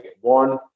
one